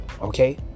Okay